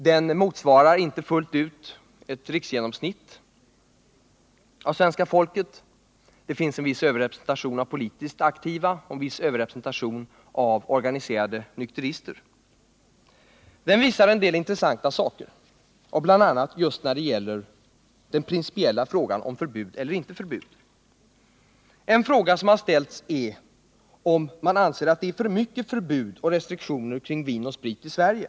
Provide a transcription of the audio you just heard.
De motsvarar inte fullt ut ett riksgenomsnitt av svenska folket. Det finns en viss överrepresentation av politiskt aktiva och organiserade nykterister. Undersökningen visar en del intressanta saker, bl.a. just när det gäller den principiella frågan om förbud eller inte förbud. En fråga som har ställts är om man anser att det är för mycket förbud och restriktioner kring vin och sprit i Sverige.